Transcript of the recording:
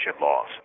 laws